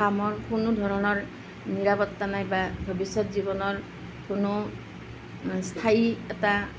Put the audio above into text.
কামৰ কোনো ধৰণৰ নিৰাপত্তা নাই বা ভৱিষ্যত জীৱনৰ কোনো স্থায়ী এটা